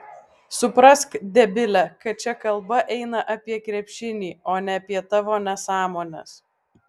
suprask debile kad čia kalba eina apie krepšinį o ne apie tavo nesąmones